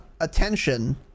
attention